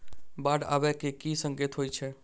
बाढ़ आबै केँ की संकेत होइ छै?